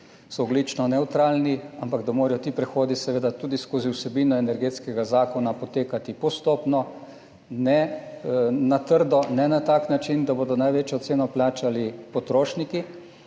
so ogljično nevtralni, ampak morajo ti prehodi seveda tudi skozi vsebino energetskega zakona potekati postopno, ne na trdo, ne na tak način, da bodo največjo ceno plačali potrošniki.